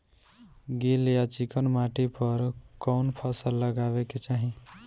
गील या चिकन माटी पर कउन फसल लगावे के चाही?